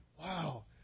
Wow